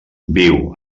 viu